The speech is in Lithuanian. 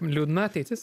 liūdna ateitis